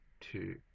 two